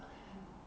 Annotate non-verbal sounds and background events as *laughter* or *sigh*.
*noise*